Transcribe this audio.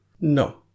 No